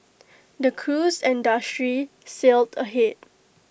the cruise industry sailed ahead